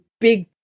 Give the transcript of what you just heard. big